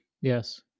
Yes